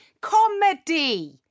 comedy